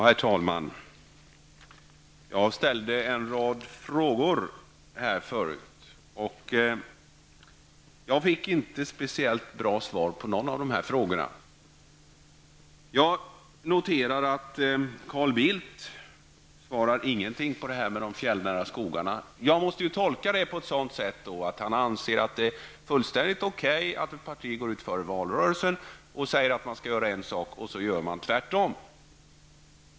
Herr talman! Jag ställde en rad frågor tidigare, men jag fick inte något speciellt bra svar på någon av frågorna. Jag noterar att Carl Bildt inte svarade alls på min fråga om de fjällnära skogarna. Jag måste tolka det så att han anser att det är fullständigt okej att ett part i går ut i valrörelsen och säger att man skall göra en sak och sedan gör tvärtom.